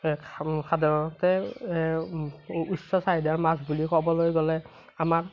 সাধাৰণতে উচ্চ চাহিদাৰ মাছ বুলি ক'বলৈ গ'লে আমাক